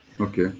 okay